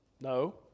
No